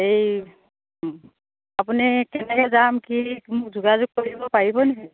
এই আপুনি কেনেকৈ যাম কি মোক যোগাযোগ কৰিব পাৰিব নেকি